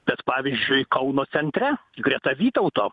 bet pavyzdžiui kauno centre greta vytauto